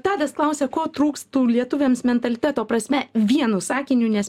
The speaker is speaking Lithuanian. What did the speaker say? tadas klausia ko trūkstų lietuviams mentaliteto prasme vienu sakiniu nes